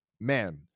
man